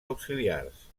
auxiliars